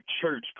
church